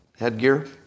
headgear